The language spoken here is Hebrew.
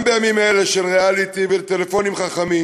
גם בימים אלה של ריאליטי וטלפונים חכמים,